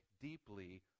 deeply